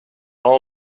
all